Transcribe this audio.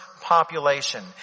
population